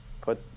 Put